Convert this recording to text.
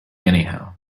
anyhow